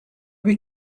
bir